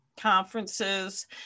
conferences